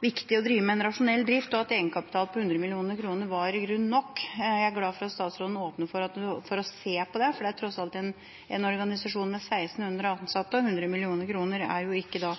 viktig å drive med en rasjonell drift, og at egenkapital på 100 mill. kr i grunnen var nok. Jeg er glad for at statsråden åpner for å se på det, for det er tross alt en organisasjon med 1 600 ansatte, og 100 mill. kr er ikke da